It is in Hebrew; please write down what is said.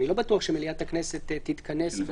אני לא בטוח שמליאת הכנסת תתכנס.